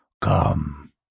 Come